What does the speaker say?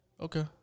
Okay